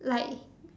like